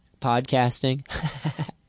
podcasting